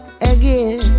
again